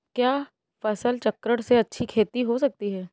क्या फसल चक्रण से अच्छी खेती हो सकती है?